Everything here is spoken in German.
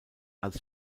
als